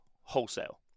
wholesale